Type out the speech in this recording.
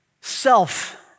self